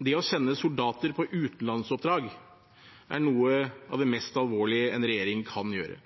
Det å sende soldater på utenlandsoppdrag er noe av det mest alvorlige en regjering kan gjøre.